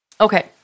Okay